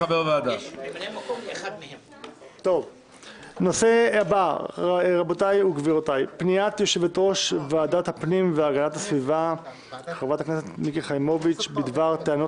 4. פניית יושבת-ראש ועדת הפנים והגנת הסביבה בדבר טענת